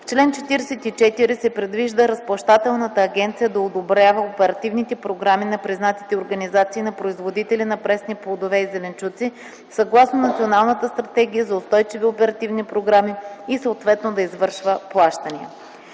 В чл. 44 се предвижда Разплащателната агенция да одобрява оперативните програми на признатите организации на производители на пресни плодове и зеленчуци съгласно Националната стратегия за устойчиви оперативни програми и съответно да извършва плащания.